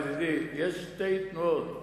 ידידי, יש שתי תנועות.